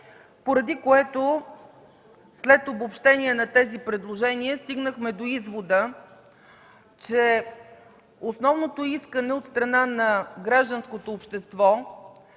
поради което след обобщения на тези предложения, стигнахме до извода, че основното искане от страна на гражданското общество